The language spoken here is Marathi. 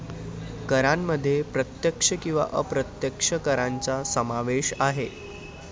करांमध्ये प्रत्यक्ष किंवा अप्रत्यक्ष करांचा समावेश आहे